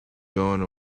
gone